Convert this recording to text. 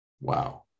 wow